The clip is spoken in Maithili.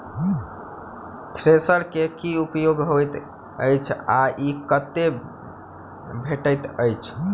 थ्रेसर केँ की उपयोग होइत अछि आ ई कतह भेटइत अछि?